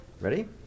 Ready